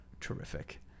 terrific